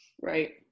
right